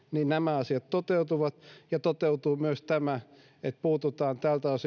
nämä asiat toteutuvat ja toteutuu myös tämä että puututaan